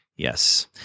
Yes